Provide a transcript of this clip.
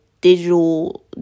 digital